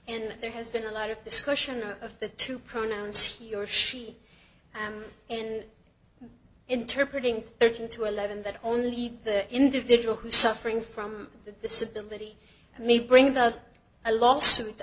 and there has been a lot of discussion of the two pronouns he or she and interpret ing thirteen to eleven that only the individual who is suffering from this ability may bring about a lawsuit